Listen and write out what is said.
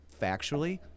factually